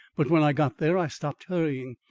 but when i got there, i stopped hurrying.